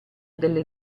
delle